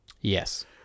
Yes